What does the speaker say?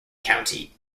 county